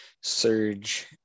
surge